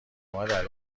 مادر